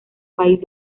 país